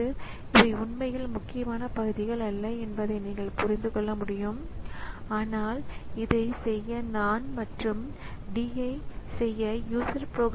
எனவே kernel load செய்யபட்டு execute ஆனதும் அது கணினி மற்றும் அதன் பயனாளர்களுக்கு சேவைகளை வழங்கத் தொடங்கலாம்